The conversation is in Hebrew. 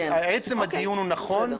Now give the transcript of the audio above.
עצם הדיון הוא נכון.